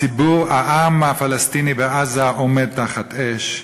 העם הפלסטיני בעזה עומד תחת אש,